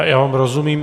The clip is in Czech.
Já vám rozumím.